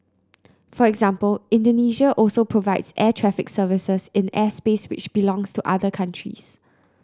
for example Indonesia also provides air traffic services in airspace which belongs to other countries